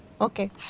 Okay